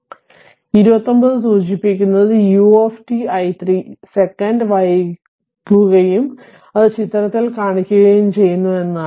അതിനാൽ 29 സൂചിപ്പിക്കുന്നത് u i3 second വൈകുകയും അത് ചിത്രത്തിൽ കാണിക്കുകയും ചെയ്യുന്നു എന്നാണ്